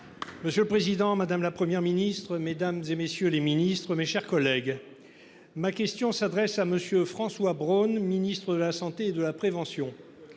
Monsieur le président, madame, la Première ministre, mesdames et messieurs les ministres, mes chers collègues. Ma question s'adresse à Monsieur François Braun Ministre de la Santé et de la prévention.